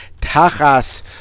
Tachas